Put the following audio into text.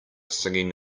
singing